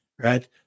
right